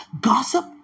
gossip